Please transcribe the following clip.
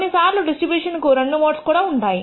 కొన్నిసార్లు డిస్ట్రిబ్యూషన్ కు రెండు మోడ్స్ ఉంటాయి